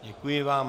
Děkuji vám.